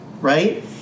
Right